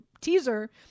teaser